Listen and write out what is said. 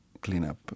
cleanup